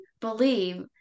believe